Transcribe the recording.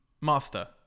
Master